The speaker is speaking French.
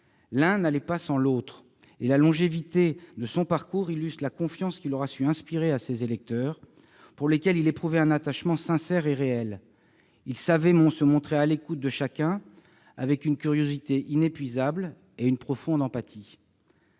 L'un n'allait pas sans l'autre, et la longévité de son parcours illustre la confiance qu'il aura su inspirer à ses électeurs, pour lesquels il éprouvait un attachement sincère et réel. Il savait se montrer à l'écoute de chacun, avec une curiosité inépuisable et une profonde empathie.